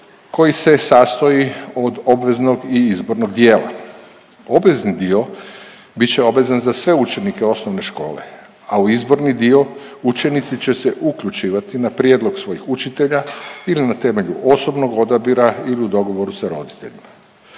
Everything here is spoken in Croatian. koji se sastoji od obveznog i izbornog dijela. Obvezni dio bit će obvezan za sve učenike osnovne škole, a u izborni dio učenici će se uključivati na prijedlog svojih učitelja ili na temelju osobnog odabira ili u dogovoru sa roditeljima.